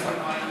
טוב, יאללה,